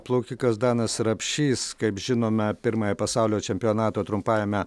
plaukikas danas rapšys kaip žinome pirmąją pasaulio čempionato trumpajame